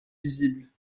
visibles